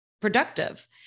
productive